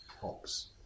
hops